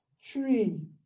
tree